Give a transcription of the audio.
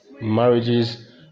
Marriages